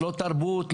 לא תרבות,